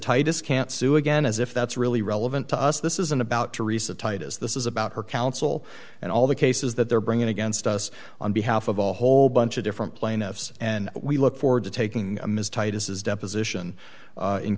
titus can't sue again as if that's really relevant to us this isn't about teresa tight as this is about her counsel and all the cases that they're bringing against us on behalf of a whole bunch of different plaintiffs and we look forward to taking ms titus's deposition